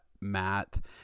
Matt